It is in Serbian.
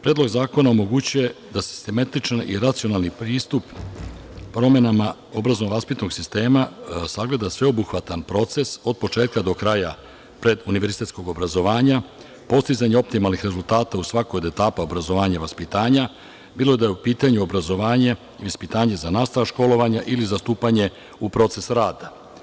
Predlog zakona omogućuje da se sistematični i racionalni pristup promena obrazovno-vaspitnog sistema sagleda sveobuhvatan proces, od početka do kraja preduniverzitetskog obrazovanja, postizanje optimalnih rezultata u svakoj od etapa obrazovanja i vaspitanja, bilo da je u pitanju obrazovanje i vaspitanje za nastavak školovanja ili za stupanje u proces rada.